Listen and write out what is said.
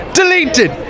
deleted